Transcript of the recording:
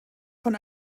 von